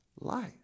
life